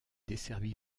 desservie